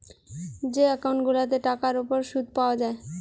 যে একউন্ট গুলাতে টাকার উপর শুদ পায়া যায়